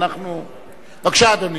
בבקשה, אדוני.